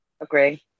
Agree